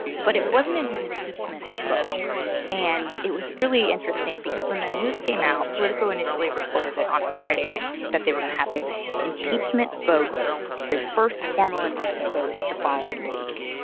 but it wasn't an an impeachment vote and it was really interesting because when the news came out politico initially reported it on a friday night that they were going to have this impeachment vote their first formal impeachment vote the following week.